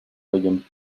oyen